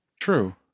true